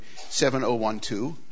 7012